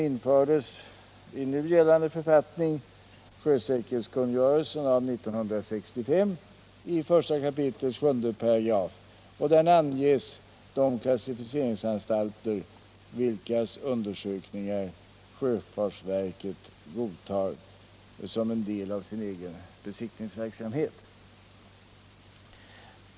I nu gällande författning, sjösäkerhetskungörelsen av år 1965, är den införd i I kap. 7 §, och där namnges de klassificeringsanstalter vilkas undersökningar sjöfartsverket godtar som en del av sin egen besiktningsverksamhet.